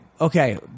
Okay